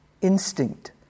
instinct